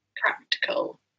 practical